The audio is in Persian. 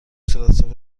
صورتحساب